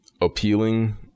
appealing